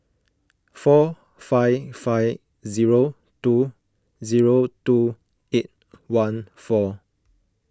four five five zero two zero two eight one four